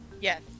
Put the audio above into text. Yes